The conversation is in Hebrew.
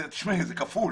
תשמעי, זה כפול.